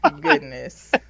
Goodness